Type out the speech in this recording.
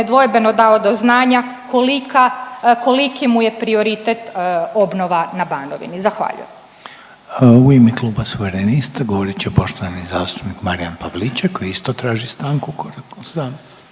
nedvojbeno dao do znanja koliki mu je prioritet obnova na Banovini. Zahvaljujem. **Reiner, Željko (HDZ)** U ime kluba Suverenista govorit će poštovani zastupnik Marijan Pavliček koji isto traži stanku koliko znam.